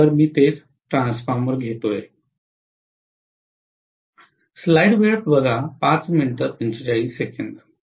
तर मी तेच ट्रान्सफॉर्मर घेऊ